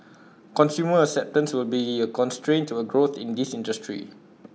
consumer acceptance will be A constraint to A growth in this industry